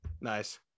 Nice